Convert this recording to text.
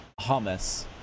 hummus